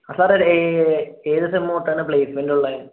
സാറേ ഏത് സെം തൊട്ടാണ് പ്ലേയ്സ്മെന്റ് ഉള്ളത്